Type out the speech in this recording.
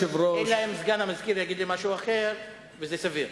אלא אם כן סגן המזכיר יגיד לי משהו אחר, וזה סביר.